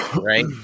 right